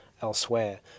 elsewhere